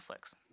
Netflix